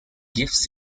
gives